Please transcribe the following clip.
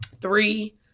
three